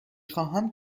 خواهم